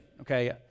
okay